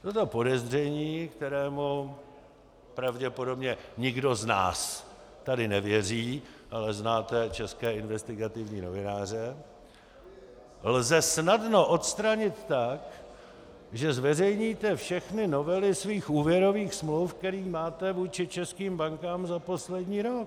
Toto podezření, kterému pravděpodobně nikdo z nás tady nevěří, ale znáte české investigativní novináře, lze snadno odstranit tak, že zveřejníte všechny novely svých úvěrových smluv, které máte vůči českým bankám za poslední rok.